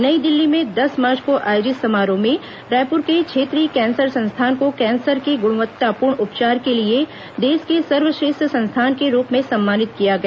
नई दिल्ली में दस मार्च को आयोजित समारोह में रायपुर के क्षेत्रीय कैंसर संस्थान को कैंसर के गृणवत्तापूर्ण उपचार के लिए देश के सर्वश्रेष्ठ संस्थान के रूप में सम्मानित किया गया